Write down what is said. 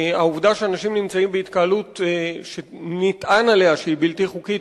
העובדה שאנשים נמצאים בהתקהלות שנטען עליה שהיא בלתי חוקית,